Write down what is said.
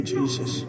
Jesus